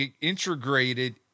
integrated